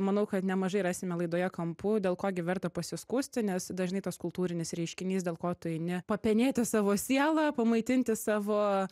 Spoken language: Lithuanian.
manau kad nemažai rasime laidoje kampų dėl ko gi verta pasiskųsti nes dažnai tas kultūrinis reiškinys dėl ko tu eini papenėti savo sielą pamaitinti savo